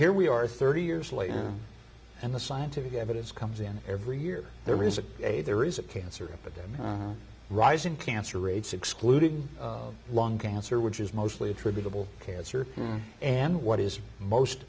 here we are thirty years later and the scientific evidence comes in every year there is a a there is a cancer victim rising cancer rates excluding lung cancer which is mostly attributable cancer and what is most